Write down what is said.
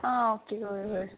आं ओके हय हय